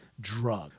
drug